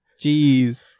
Jeez